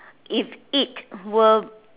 if it were